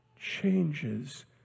changes